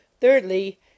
Thirdly